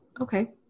okay